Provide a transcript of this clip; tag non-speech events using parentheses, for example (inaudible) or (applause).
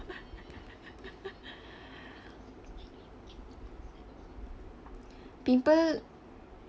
(laughs) pimple